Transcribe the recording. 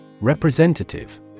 Representative